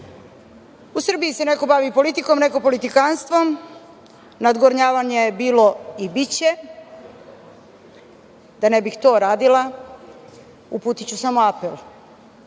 Srbiji se neko bavi politikom, a neko politikanstvom, nadgovornjavanja je bilo i biće. Da ne bih to radila, uputiću samo apel